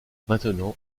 maintenant